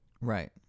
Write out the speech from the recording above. Right